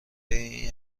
این